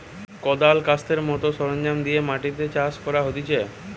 কদাল, কাস্তের মত সরঞ্জাম দিয়ে মাটি চাষ করা হতিছে